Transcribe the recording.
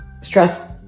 stress